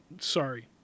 sorry